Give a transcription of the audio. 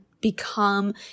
become